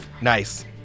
Nice